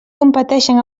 competeixen